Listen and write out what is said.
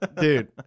Dude